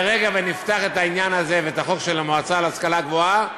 ברגע שנפתח את העניין הזה ואת החוק של המועצה להשכלה גבוהה,